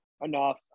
enough